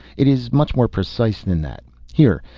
it is much more precise than that. here,